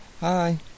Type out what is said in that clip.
Hi